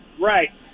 Right